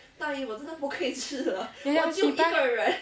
ya ya she buy